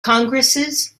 congresses